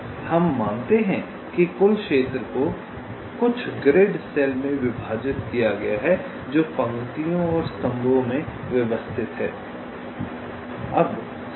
इसलिए हम मानते हैं कि कुल क्षेत्र को कुछ ग्रिड सेल में विभाजित किया गया है जो पंक्तियों और स्तंभों में व्यवस्थित हैं